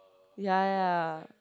ya ya ya